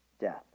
death